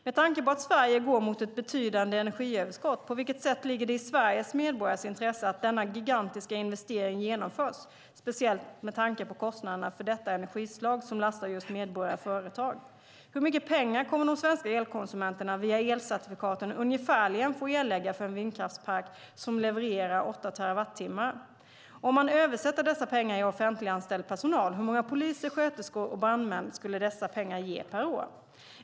Med tanke på att Sverige går mot ett betydande energiöverskott, på vilket sätt ligger det i Sveriges medborgares intresse att denna gigantiska investering genomförs, speciellt med tanke på kostnaderna för detta energislag som belastar just medborgare och företag? Hur mycket pengar kommer de svenska elkonsumenterna, via elcertifikaten, ungefärligen få erlägga för en vindkraftspark som levererar åtta terawattimmar? Om man översätter dessa pengar i offentliganställd personal, hur många poliser, sköterskor och brandmän skulle dessa pengar ge per år?